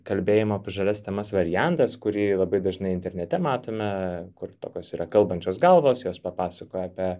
kalbėjimo apie žalias temas variantas kurį labai dažnai internete matome kur tokios yra kalbančios galvos jos papasakoja apie